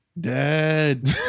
Dead